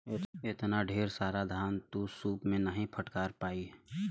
एतना ढेर सारा धान त सूप से नाहीं फटका पाई